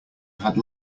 had